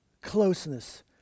closeness